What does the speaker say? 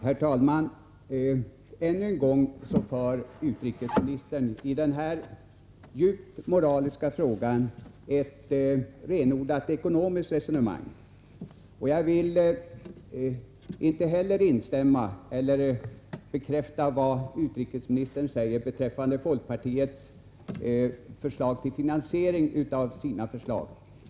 Herr talman! Ännu en gång för utrikesministern i den här djupt moraliska frågan ett renodlat ekonomiskt resonemang. Jag vill inte alls bekräfta vad utrikesministern säger beträffande folkpartiets förslag till finansiering av sitt alternativ.